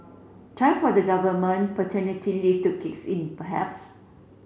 time for the government paternity leave to kick in perhaps